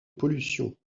pollution